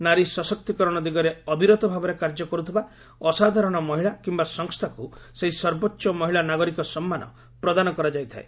ନାରୀ ସଶକ୍ତିକରଣ ଦିଗରେ ଅବିରତ ଭାବରେ କାର୍ଯ୍ୟ କରୁଥିବା ଅସାଧାରଣ ମହିଳା କିମ୍ବା ସଂସ୍ଥାକୁ ସେହି ସର୍ବୋଚ୍ଚ ମହିଳା ନାଗରିକ ସମ୍ମାନ ପ୍ରଦାନ କରାଯାଇଥାଏ